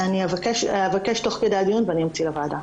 אני אבקש תוך כדי הדיון ואני אמציא לוועדה.